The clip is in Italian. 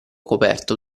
coperto